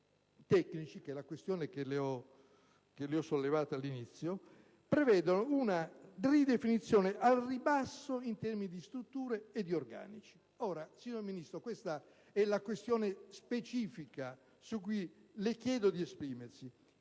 (che è la questione che le ho sollevato all'inizio) prevedono una ridefinizione al ribasso in termini di strutture e di organici. Signora Ministro, questa è la questione specifica sulla quale le chiedo di esprimersi.